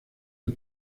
del